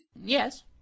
Yes